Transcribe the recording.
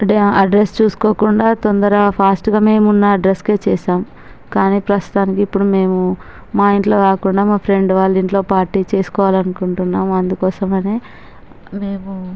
అంటే అడ్రెస్ చూసుకోకుండా తొందర ఫాస్ట్ మేమున్నా అడ్రస్ కే చేశాము కానీ ప్రస్తుతానికి ఇప్పుడు మేము మా ఇంట్లో కాకుండా మా ఫ్రెండ్ వాళ్ళ ఇంట్లో పార్టీ చేసుకోవాలి అనుకుంటున్నాము అందుకోసమనే మేము